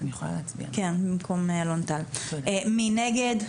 מי נגד?